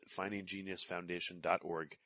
FindingGeniusFoundation.org